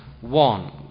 one